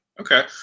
Okay